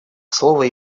слово